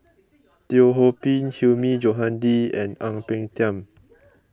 Teo Ho Pin Hilmi Johandi and Ang Peng Tiam